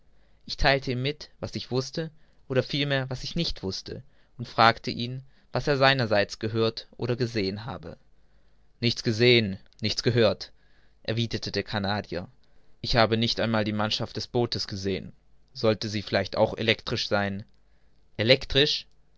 ich theilte ihm mit was ich wußte oder vielmehr was ich nicht wußte und fragte ihn was er seinerseits gehört oder gesehen habe nichts gesehen nichts gehört erwiderte der canadier ich habe nicht einmal die mannschaft des bootes gesehen sollte sie vielleicht auch elektrisch sein